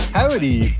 Howdy